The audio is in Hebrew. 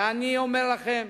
ואני אומר לכם,